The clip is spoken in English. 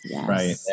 right